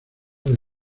del